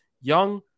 young